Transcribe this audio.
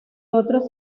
otros